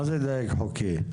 מה זה דייג חוקי?